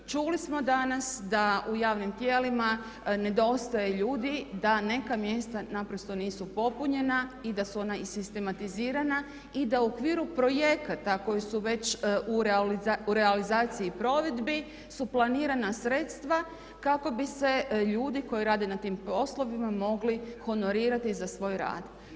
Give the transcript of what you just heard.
Čuli smo danas da u javnim tijelima nedostaje ljudi, da neka mjesta naprosto nisu popunjenja i da su ona izsitematizirana i da u okviru projekata koji su već u realizaciji i provedbi su planirana sredstva kako bi se ljudi koji rade na tim poslovima mogli honorirati za svoj rad.